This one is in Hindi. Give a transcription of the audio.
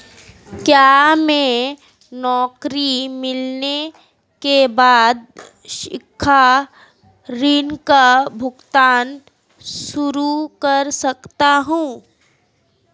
क्या मैं नौकरी मिलने के बाद शिक्षा ऋण का भुगतान शुरू कर सकता हूँ?